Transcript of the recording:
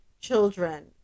children